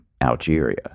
Algeria